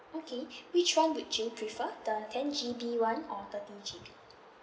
okay which one would you prefer the ten G_B [one] or thirty G_B